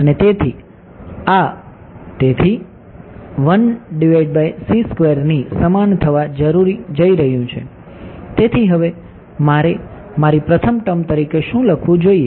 અને તેથી આ તેથી ની સમાન થવા જઈ રહ્યું છે તેથી હવે મારે મારી પ્રથમ ટર્મ તરીકે શું લખવું જોઈએ